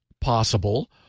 possible